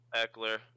Eckler